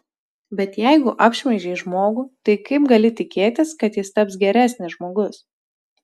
bet jeigu apšmeižei žmogų tai kaip gali tikėtis kad jis taps geresnis žmogus